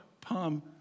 Palm